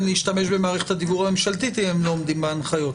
להשתמש במערכת הדיוור הממשלתית אם הם לא עומדים בהנחיות,